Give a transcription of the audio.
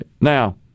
Now